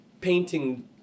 painting